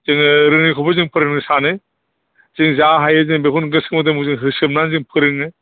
जोङो रोङिखौबो जों फोरोंनो सानो जों जा हायो जों बेखौनो गोसो मोदोम होसोमनानै जों फोरोङो